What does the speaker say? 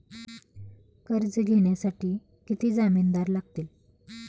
कर्ज घेण्यासाठी किती जामिनदार लागतील?